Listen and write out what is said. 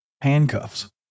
handcuffs